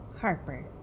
Harper